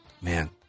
Man